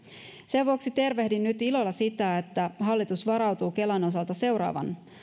sen vuoksi tervehdin nyt ilolla sitä että hallitus varautuu kelan osalta seuraavan